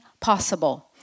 possible